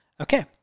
okay